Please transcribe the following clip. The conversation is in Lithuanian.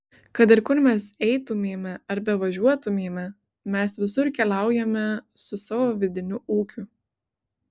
kad ir kur mes eitumėme ar bevažiuotumėme mes visur keliaujame su savo vidiniu ūkiu